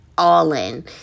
all-in